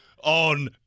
on –